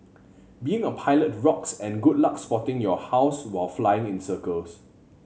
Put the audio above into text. being a pilot rocks and good luck spotting your house while flying in circles